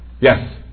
Yes